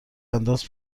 انداز